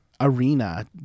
arena